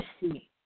see